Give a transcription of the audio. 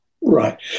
Right